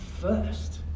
first